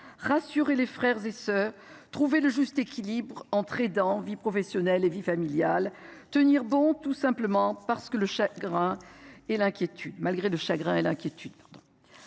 rassurer ses frères et sœurs, trouver le juste équilibre entre leur vie professionnelle et leur vie familiale, et tenir bon, tout simplement, malgré le chagrin et l’inquiétude.